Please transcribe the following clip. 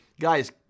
guys